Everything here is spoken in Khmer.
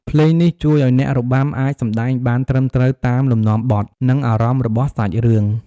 ភ្លេងនេះជួយឱ្យអ្នករបាំអាចសម្តែងបានត្រឹមត្រូវតាមលំនាំបទ និងអារម្មណ៍របស់សាច់រឿង។